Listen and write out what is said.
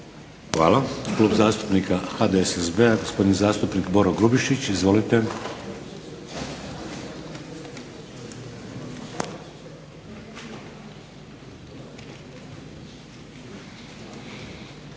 Hvala. Klub zastupnika HDSSB-a, gospodin zastupnik Boro Grubišić. Izvolite.